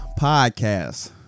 Podcast